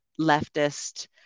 leftist